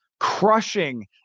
crushing